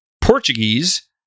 Portuguese